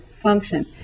function